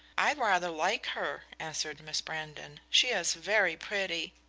i rather like her, answered miss brandon. she is very pretty.